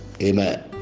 Amen